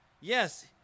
Yes